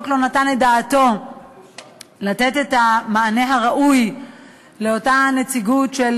לא נתן את דעתו לתת את המענה הראוי לאותה נציגות של